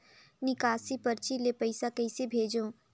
निकासी परची ले पईसा कइसे भेजों?